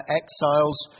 exiles